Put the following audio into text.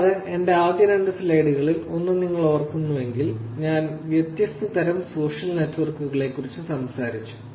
കൂടാതെ എന്റെ ആദ്യ രണ്ട് സ്ലൈഡുകളിൽ ഒന്ന് നിങ്ങൾ ഓർക്കുന്നുവെങ്കിൽ ഞാൻ വ്യത്യസ്ത തരം സോഷ്യൽ നെറ്റ്വർക്കുകളെക്കുറിച്ച് സംസാരിച്ചു